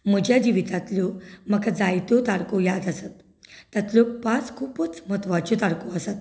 म्हज्या जिवितांतल्यो म्हाका जायत्यो तारखो याद आसात तातुंतल्यो पांच खूबच म्हत्वाच्यो तारखो आसात